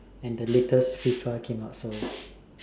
and the latest F_I_F_A came out so